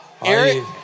Eric